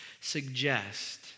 suggest